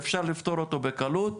שאפשר לפתור אותו בקלות,